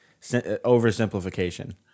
oversimplification